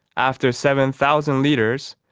after seven thousand litres,